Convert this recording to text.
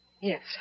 Yes